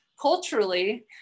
culturally